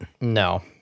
No